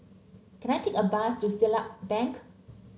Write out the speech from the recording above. can I take a bus to Siglap Bank